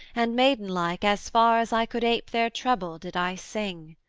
and maidenlike as far as i could ape their treble, did i sing.